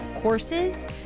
courses